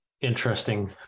interesting